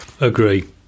Agree